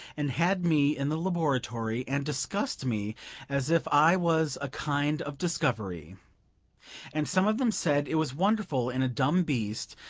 and had me in the laboratory, and discussed me as if i was a kind of discovery and some of them said it was wonderful in a dumb beast,